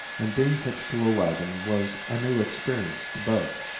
and being hitched to a wagon was a new experience to both.